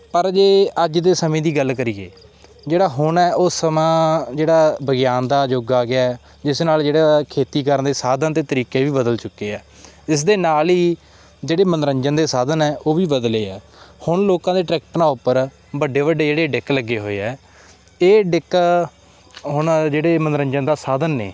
ਪਰ ਜੇ ਅੱਜ ਦੇ ਸਮੇਂ ਦੀ ਗੱਲ ਕਰੀਏ ਜਿਹੜਾ ਹੁਣ ਹੈ ਉਹ ਸਮਾਂ ਜਿਹੜਾ ਵਿਗਿਆਨ ਦਾ ਯੁੱਗ ਆ ਗਿਆ ਜਿਸ ਨਾਲ ਜਿਹੜਾ ਖੇਤੀ ਕਰਨ ਦੇ ਸਾਧਨ ਅਤੇ ਤਰੀਕੇ ਵੀ ਬਦਲ ਚੁੱਕੇ ਹੈ ਇਸ ਦੇ ਨਾਲ ਹੀ ਜਿਹੜੇ ਮਨੋਰੰਜਨ ਦੇ ਸਾਧਨ ਹੈ ਉਹ ਵੀ ਬਦਲੇ ਹੈ ਹੁਣ ਲੋਕਾਂ ਦੇ ਟਰੈਕਟਰਾਂ ਉੱਪਰ ਵੱਡੇ ਵੱਡੇ ਜਿਹੜੇ ਡੈੱਕ ਲੱਗੇ ਹੋਏ ਆ ਇਹ ਡੈੱਕ ਹੁਣ ਜਿਹੜੇ ਮਨੋਰੰਜਨ ਦਾ ਸਾਧਨ ਨੇ